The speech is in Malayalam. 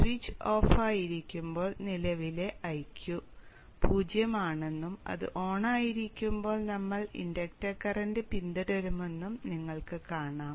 സ്വിച്ച് ഓഫായിരിക്കുമ്പോൾ നിലവിലെ Iq 0 ആണെന്നും അത് ഓണായിരിക്കുമ്പോൾ നമ്മൾ ഇൻഡക്ടർ കറന്റ് പിന്തുടരുമെന്നും നിങ്ങൾക്ക് കാണാം